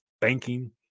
banking